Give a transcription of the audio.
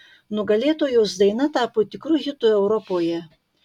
nugalėtojos daina tapo tikru hitu europoje